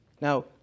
Now